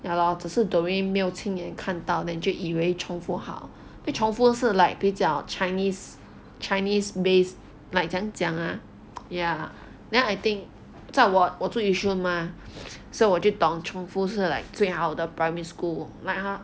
ya lor 只是 doreen 没有亲眼看到 then 就以为 chongfu 好因为 chongfu 都是 like 比较 chinese chinese based like 怎样讲 ah ya then I think 在我我住 yishun mah 所以我就懂 chongfu 是 like 最好的 primary school like 他